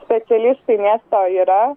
specialistai miesto yra